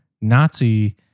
Nazi